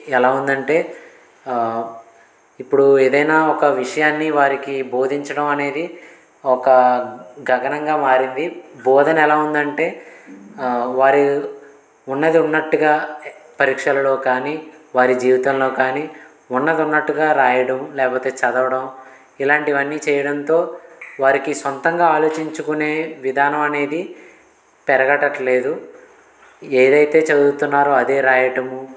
ఎలా ఉందంటే ఇప్పుడు ఏదైనా ఒక విషయాన్ని వారికి బోధించడం అనేది ఒక గగనంగా మారింది బోధన ఎలా ఉందంటే వారి ఉన్నది ఉన్నట్టుగా పరీక్షలలో కానీ వారి జీవితంలో కానీ ఉన్నది ఉన్నట్టుగా రాయడం లేకపోతే చదవడం ఇలాంటివన్నీ చేయడంతో వారికి సొంతంగా ఆలోచించుకునే విధానం అనేది పెరగట్లేదు ఏదైతే చదువుతున్నారు అదే రాయటము